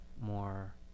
more